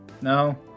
No